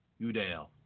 Udale